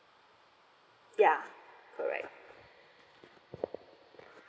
yeuh correct